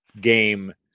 game